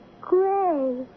Gray